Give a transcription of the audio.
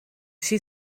she